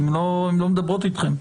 הן לא מדברות איתכם.